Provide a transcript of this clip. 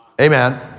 Amen